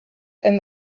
and